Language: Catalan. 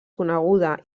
coneguda